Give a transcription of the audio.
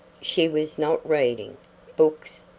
she was not reading books,